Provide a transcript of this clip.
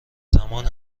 زمان